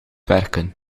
werken